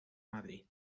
madrid